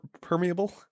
permeable